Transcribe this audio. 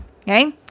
okay